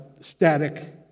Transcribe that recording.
static